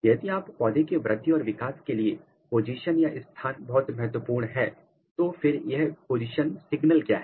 यदि पौधे के वृद्धि और विकास के लिए पोजीशन या स्थान बहुत महत्वपूर्ण है तो फिर यह पोजीशन सिग्नल क्या है